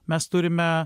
mes turime